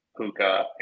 puka